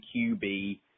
QB